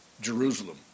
Jerusalem